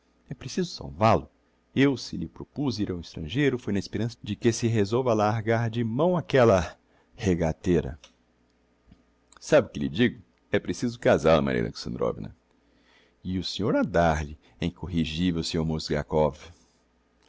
é preciso salvá-lo eu se lhe propuz ir ao estrangeiro foi na esperança de que se resolva a largar de mão aquella regateira sabe o que lhe digo é preciso casál o maria alexandrovna e o senhor a dar-lhe é incorrigivel senhor mozgliakov